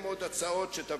אפשר להעיר את אחד השרים שיבוא